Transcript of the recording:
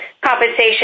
compensation